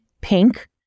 pink